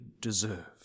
deserve